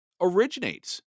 originates